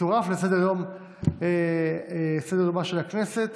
תצורף לסדר-יומה של הכנסת